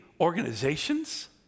organizations